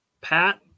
Pat